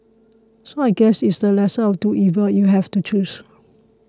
so I guess it's the lesser of two evils if you have to choose